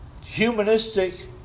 humanistic